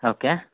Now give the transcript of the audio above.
okay